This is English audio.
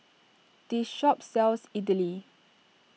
this shop sells Idili